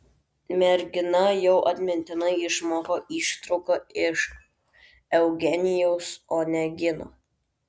mergina jau atmintinai išmoko ištrauką iš eugenijaus onegino